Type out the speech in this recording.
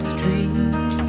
Street